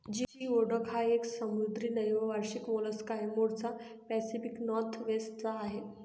geoduck हा एक समुद्री द्वैवार्षिक मोलस्क आहे, मूळचा पॅसिफिक नॉर्थवेस्ट चा आहे